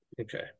Okay